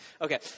Okay